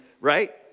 right